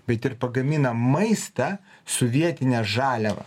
bet ir pagamina maistą su vietine žaliava